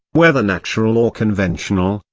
whether natural or conventional,